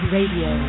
Radio